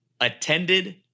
attended